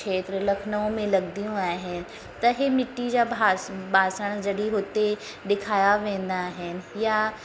खेत्र लखनऊ में लॻदियूं आहिनि त हीअ मिट्टी जा भा बासण जॾहिं हुते ॾेखारिया वेंदा आहिनि या